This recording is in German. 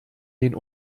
den